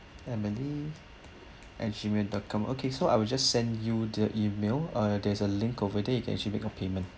emily at gmail dot com okay so I will just send you the email uh there's a link over there you can actually make of payment